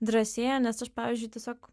drąsėja nes aš pavyzdžiui tiesiog